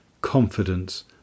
confidence